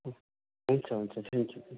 हुन्छ हुन्छ थ्याङ्कयू